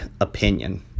opinion